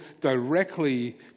directly